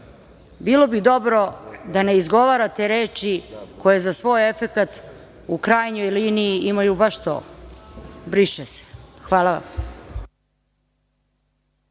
bilo bi dobro da ne izgovarate reči koje za svoj efekat u krajnjoj liniji imaju baš to – briše se. Hvala vam.